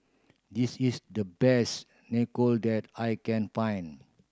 this is the best Nacho that I can find